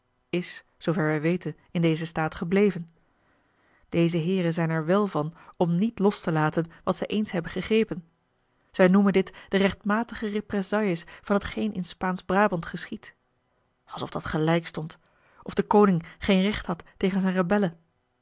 is zoover wij weten in dezen staat gebleven deze heeren zijn er wèl van om niet los te laten wat zij eens hebben gegrepen zij noemen dit de rechtmatige réprésailles van t geen in spaansch braband geschiedt alsof dat gelijk stond of de koning geen recht had tegen zijne rebellen